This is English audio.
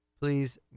Please